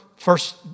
First